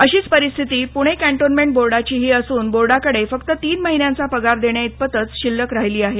अशीच परिस्थिती पुणे कॅन्टोन्मेंट बोर्डाचीही असून बोर्डाकडे फक्त तीन महिन्यांचा पगार देण्याइतपतच शिल्लक राहीली आहे